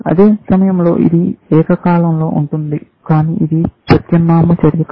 అదే సమయంలో ఇది ఏకకాలంలో ఉంటుంది కానీ ఇది ప్రత్యామ్నాయ చర్య కాదు